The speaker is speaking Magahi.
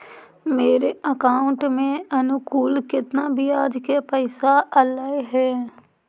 मेरे अकाउंट में अनुकुल केतना बियाज के पैसा अलैयहे?